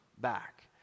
back